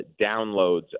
downloads